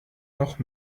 noch